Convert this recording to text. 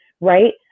right